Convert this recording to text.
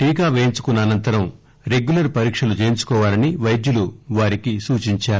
టీకా పేయించుకున్న అనంతరం రెగ్యులర్ పరీక్షలు చేయించుకోవాలని వైద్యులు వారికి సూచించారు